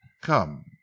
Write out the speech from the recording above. Come